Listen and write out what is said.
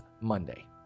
monday